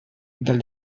del